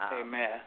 Amen